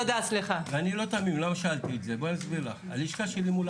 זו ההערה העקרונית.